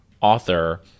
author